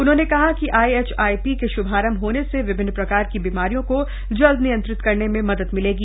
उन्होंने कहा कि आईएचआईपी के श्भारम्भ होने से विभिन्न प्रकार की बीमारियों को जल्द नियंत्रित करने में मदद मिलेगी